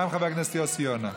גם חבר הכנסת יוסי יונה,